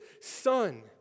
son